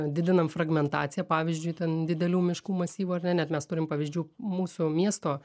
didinam fragmentaciją pavyzdžiui ten didelių miškų masyvų ar ne net mes turim pavyzdžių mūsų miesto